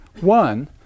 One